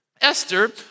Esther